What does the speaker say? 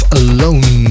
alone